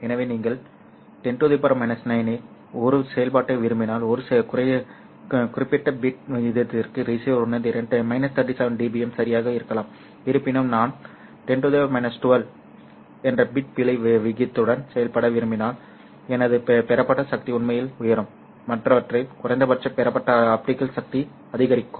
எனவே நீங்கள் 10 9 இல் ஒரு செயல்பாட்டை விரும்பினால் ஒரு குறிப்பிட்ட பிட் வீதத்திற்கு ரிசீவர் உணர்திறன் 37 dBm சரியாக இருக்கலாம் இருப்பினும் நான் 10 12 என்ற பிட் பிழை விகிதத்துடன் செயல்பட விரும்பினால் எனது பெறப்பட்ட சக்தி உண்மையில் உயரும் மற்றவற்றில் குறைந்தபட்சம் பெறப்பட்ட ஆப்டிகல் சக்தி அதிகரிக்கும்